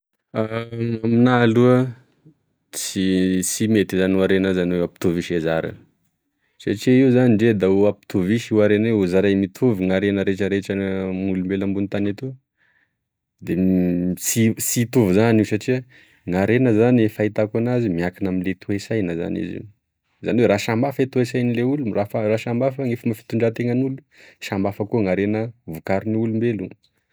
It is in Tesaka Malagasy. aminah aloa tsy- sy mety zany harena zany ampitovisy zara satria io zany dre da apitovisy io harena io zarae mitovy gn'harena retraretra gn'amin'olombelo ambony tany etoa dia sy itovy zany io satria gn'harena zany fahitako anazy miankina amle toesaina zany izy io zany oe raha sambihafa e toesainle olo fa raha sambihafa gne fitondratenan'olo sambihafa koa gn'arena vokarin'olobelo.